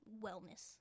wellness